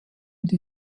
die